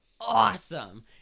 awesome